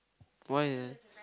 why